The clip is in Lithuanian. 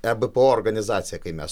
ebpo organizacija kai mes